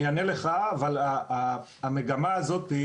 המגמה הזאת,